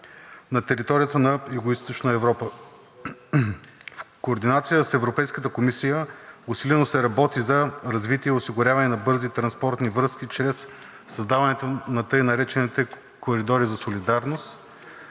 на територията на Югоизточна Европа. В координация с Европейската комисия усилено се работи за развитие и осигуряване на бързи транспортни връзки чрез създаването на така наречените коридори за солидарност